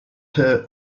her